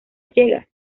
llega